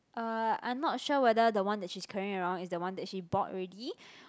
uh I'm not sure whether the one that she's carrying around is the one that she bought already